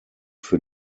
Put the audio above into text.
für